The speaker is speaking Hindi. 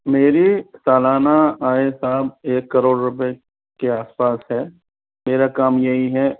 मेरी सालाना आय साब एक करोड़ रुपये के आस पास है मेरा काम यही है